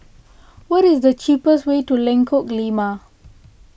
what is the cheapest way to Lengkok Lima